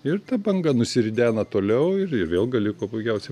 ir ta banga nusiridena toliau ir ir vėl gali kuo puikiausiai